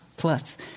Plus